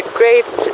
great